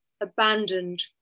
abandoned